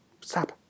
Stop